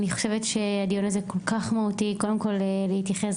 אני חושבת שהדיון הזה כל-כך מהותי קודם להתייחס